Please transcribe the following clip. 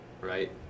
right